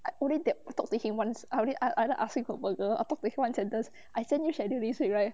I only that talk to him once I only I either asking for burger or talk to him one sentence I send you schedule this week right